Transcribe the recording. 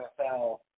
NFL